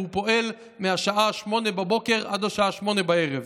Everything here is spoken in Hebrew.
והוא פועל מהשעה 08:00 עד השעה 20:00,